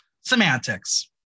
Semantics